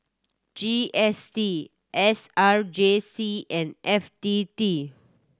G S T S R J C and F T T